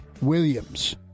Williams